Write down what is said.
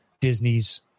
disney's